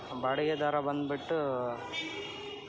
ಬಾಡಿಗೆದಾರ ಬಂದ್ಬಿಟ್ಟು